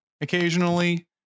occasionally